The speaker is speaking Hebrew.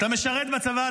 אתה משרת בצבא?